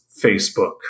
Facebook